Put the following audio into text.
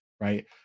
right